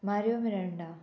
Mario Miranda